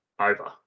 over